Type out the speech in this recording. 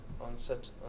onset